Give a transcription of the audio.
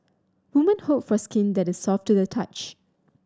women hope for skin that is soft to the touch